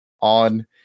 on